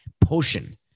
potion